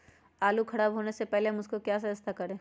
आलू खराब होने से पहले हम उसको क्या व्यवस्था करें?